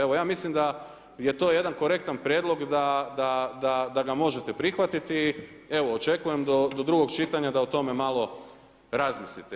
Evo ja mislim da je to jedan korektan prijedlog da ga možete prihvatiti, evo očekujem do drugog čitanja da o tome malo razmilite.